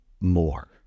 more